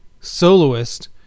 soloist